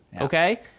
okay